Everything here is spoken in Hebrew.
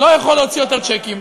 לא יכול יותר להוציא צ'קים,